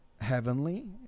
heavenly